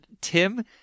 Tim